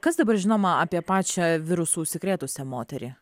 kas dabar žinoma apie pačią virusu užsikrėtusią moterį